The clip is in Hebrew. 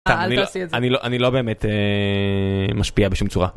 אני לא, אני לא באמת משפיע בשום צורה.